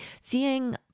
seeing